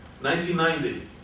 1990